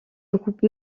groupes